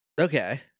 okay